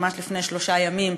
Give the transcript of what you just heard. ממש לפני שלושה ימים,